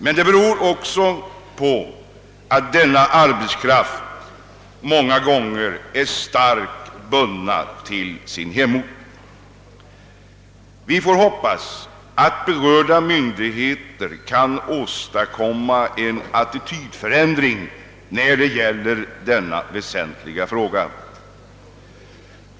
Men det beror också på att denna äldre arbetskraft är starkt bunden till sin hemort. Vi får hoppas att berörda myndigheter kan åstadkomma en attitydförändring när det gäller denna väsentliga fråga.